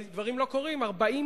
אדוני היושב-ראש,